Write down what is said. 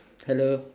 hello